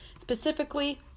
specifically